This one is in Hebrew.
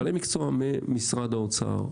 בעלי מקצוע ממשרד האוצר,